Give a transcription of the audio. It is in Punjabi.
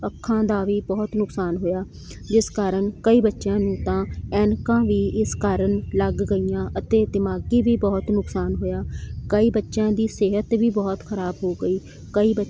ਅੱਖਾਂ ਦਾ ਵੀ ਬਹੁਤ ਨੁਕਸਾਨ ਹੋਇਆ ਜਿਸ ਕਾਰਨ ਕਈ ਬੱਚਿਆਂ ਨੂੰ ਤਾਂ ਐਨਕਾਂ ਵੀ ਇਸ ਕਾਰਨ ਲੱਗ ਗਈਆਂ ਅਤੇ ਦਿਮਾਗੀ ਵੀ ਬਹੁਤ ਨੁਕਸਾਨ ਹੋਇਆ ਕਈ ਬੱਚਿਆਂ ਦੀ ਸਿਹਤ ਵੀ ਬਹੁਤ ਖ਼ਰਾਬ ਹੋ ਗਈ ਕਈ ਬ